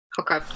Okay